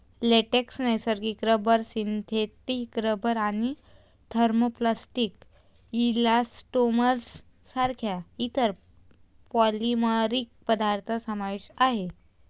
latex, नैसर्गिक rubber, synthetic rubber आणि thermoplastic elastomers सारख्या इतर पॉलिमरिक पदार्थ समावेश आहे